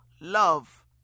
love